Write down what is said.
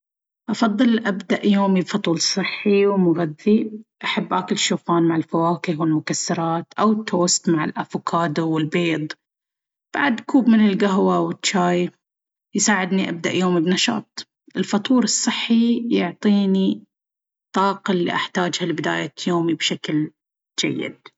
أفضل أبدأ يومي بفطور صحي ومغذي. أحب آكل الشوفان مع الفواكه والمكسرات، أو توست مع الأفوكادو والبيض. بعد، كوب من القهوة أو الجاي يساعدني أبدأ يومي بنشاط. الفطور الصحي يعطيني الطاقة اللي أحتاجها لبداية يومي بشكل جيد.